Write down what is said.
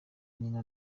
nyina